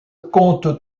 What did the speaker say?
compte